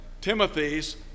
Timothy's